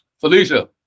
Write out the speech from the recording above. Felicia